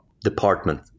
department